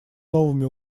новыми